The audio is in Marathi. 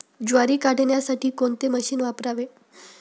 ज्वारी काढण्यासाठी कोणते मशीन वापरावे?